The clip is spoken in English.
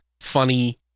funny